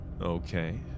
Okay